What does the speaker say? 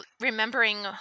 remembering